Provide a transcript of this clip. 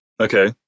Okay